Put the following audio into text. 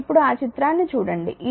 ఇప్పుడు ఆ చిత్రాన్ని చూడండి ఈ చిత్రం 1